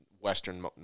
Western